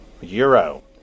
Euro